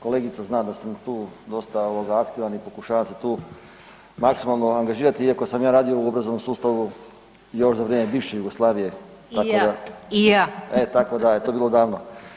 Kolegica zna da sam tu dosta aktivan i pokušavam se tu maksimalno angažirati iako sam ja radio u obrazovnom sustav još za vrijeme bivše Jugoslavije [[Upadica Bedeković: I ja, i ja.]] e, tako da je to bilo davno.